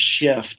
shift